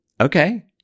okay